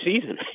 season